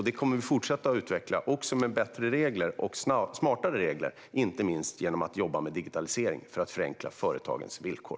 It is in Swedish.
Det kommer vi att fortsätta utveckla, även med bättre och smartare regler - inte minst genom att jobba med digitalisering för att förenkla företagens villkor.